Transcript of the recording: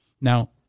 Now